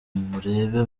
murebe